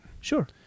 Sure